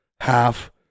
half